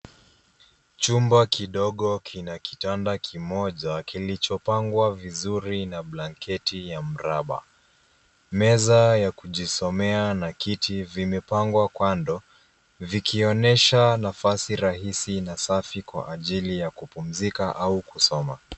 Chumba kidogo kina kitanda kimoja kilichopangwa vizuri na blanketi ya mraba. Meza ya kujisomea na kiti vimepangwa kando vikionyesha nafasi rahisi na safi kwa ajili ya kupumzika au kusoma.